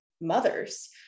mothers